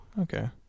Okay